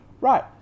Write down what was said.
Right